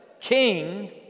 king